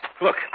Look